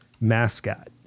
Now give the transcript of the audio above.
mascot